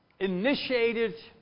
initiated